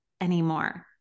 anymore